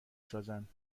سازند